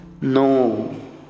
No